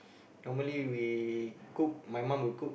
normally we cook my mum will cook